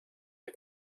the